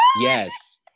Yes